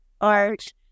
art